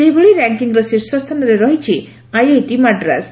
ସେହିଭଳି ରାକିଙ୍ଗ୍ର ଶୀର୍ଷ ସ୍ଥାନରେ ରହିଛି ଆଇଆଇଟି ମାଡ୍ରାସ୍